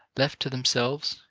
left to themselves,